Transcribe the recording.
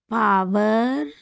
power